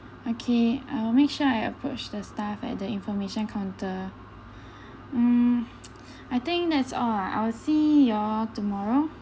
okay I will make sure I approach the staff at the information counter mm I think that's all ah I will see you all tomorrow